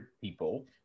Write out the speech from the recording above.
people